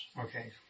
Okay